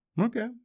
Okay